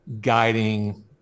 guiding